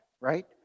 right